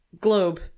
globe